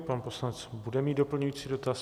Pan poslanec bude mít doplňující dotaz.